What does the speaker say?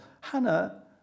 Hannah